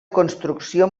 construcció